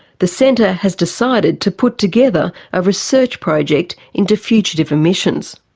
the centre has decided to put together a research project into fugitive emissions.